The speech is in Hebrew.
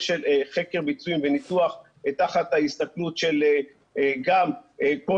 חקר ביצועים וניתוח תחת ההסתכלות של גם כל